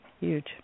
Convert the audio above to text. Huge